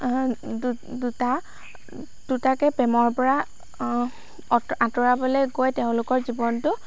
দুটা দুটাকে প্ৰেমৰ পৰা আতঁৰাবলৈ গৈ তেওঁলোকৰ জীৱনটো